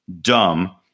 dumb